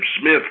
Smith